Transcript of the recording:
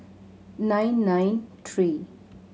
nine nine three